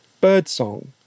birdsong